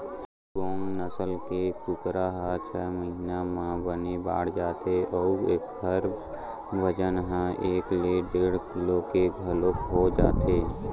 चिटगोंग नसल के कुकरा ह छय महिना म बने बाड़ जाथे अउ एखर बजन ह एक ले डेढ़ किलो के घलोक हो जाथे